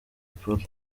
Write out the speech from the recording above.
polly